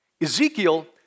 Ezekiel